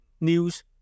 news